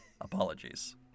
apologies